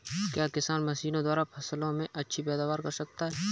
क्या किसान मशीनों द्वारा फसल में अच्छी पैदावार कर सकता है?